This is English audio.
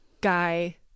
guy